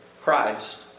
Christ